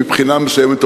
מבחינה מסוימת,